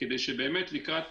כדי שבאמת לקראת